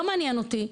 לא מעניין אותי.